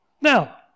Now